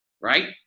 Right